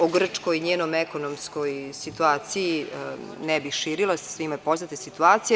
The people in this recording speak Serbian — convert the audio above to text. O Grčkoj i njenoj ekonomskoj situaciji ne bih širila, svima je poznata situacija.